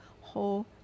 whole